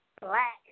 black